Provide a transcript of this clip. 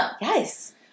yes